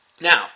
Now